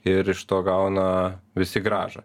ir iš to gauna visi grąžą